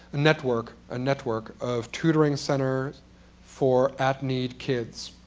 network ah network of tutoring centers for at-need kids.